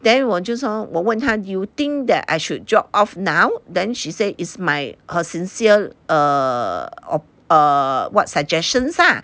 then 我就说我问他 you think that I should drop off now then she say is my her sincere err err what suggestions lah